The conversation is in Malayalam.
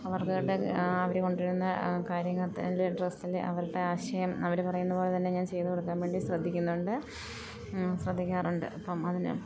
അവർക്ക് വേണ്ട അവർ കൊണ്ടു വരുന്ന കാര്യത്തിൽ ഡ്രസ്സിൽ അവരുടെ ആശയം അവർ പറയുന്ന പോലെ തന്നെ ഞാൻ ചെയ്ത് കൊടുക്കാൻ വേണ്ടി ശ്രദ്ധിക്കുന്നുണ്ട് ശ്രദ്ധിക്കാറുണ്ട് അപ്പം അതിന്